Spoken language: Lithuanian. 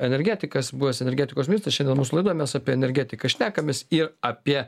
energetikas buvęs energetikos ministras šiandien mūsų laidoj mes apie energetiką šnekamės ir apie